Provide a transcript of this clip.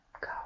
go